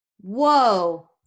Whoa